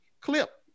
clip